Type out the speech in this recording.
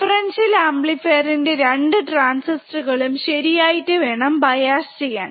differential അമ്പ്ലിഫീർൻറെ 2 transistor കളും ശരിയായിട്ട് വേണം ബയാസ് ചെയ്യാൻ